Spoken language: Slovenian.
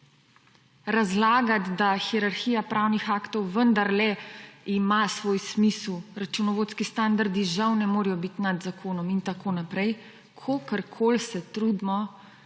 razlagati, da hierarhija pravnih aktov vendarle ima svoj smisel, računovodski standardi žal ne morejo biti nad zakonom in tako naprej, kolikor se trudimo